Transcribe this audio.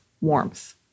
warmth